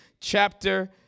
chapter